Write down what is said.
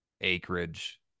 acreage